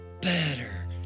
better